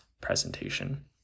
presentation